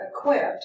equipped